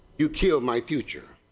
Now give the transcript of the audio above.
you came my future.